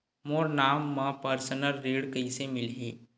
मोर नाम म परसनल ऋण कइसे मिलही?